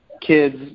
kids